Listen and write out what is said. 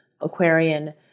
Aquarian